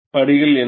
படிகள் என்ன